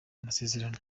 amasezerano